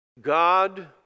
God